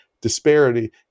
disparity